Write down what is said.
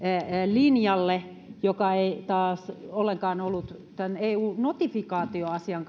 linjalle joka ei taas ollut tämän eu notifikaatioasian